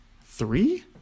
Three